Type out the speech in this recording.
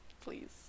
Please